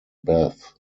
bath